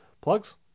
plugs